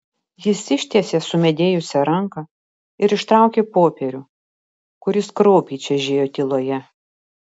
jis ištiesė sumedėjusią ranką ir ištraukė popierių kuris kraupiai čežėjo tyloje